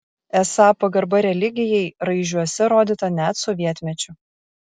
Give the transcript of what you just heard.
esą pagarba religijai raižiuose rodyta net sovietmečiu